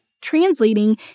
translating